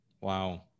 Wow